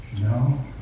No